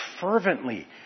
fervently